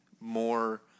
more